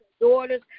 daughters